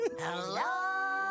hello